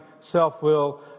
self-will